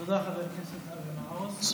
תודה, חבר הכנסת אבי מעוז.